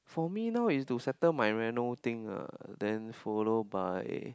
for me now is to settle my reno thing ah then follow by